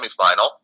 semifinal